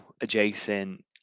adjacent